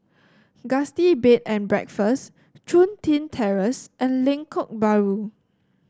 Gusti Bed and Breakfast Chun Tin Terrace and Lengkok Bahru